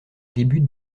débute